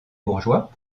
bourgeois